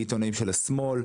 מי עיתונאים של השמאל.